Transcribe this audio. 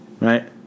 Right